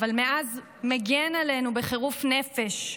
אבל מאז מגן עלינו בחירוף נפש,